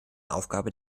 aufgabe